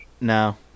No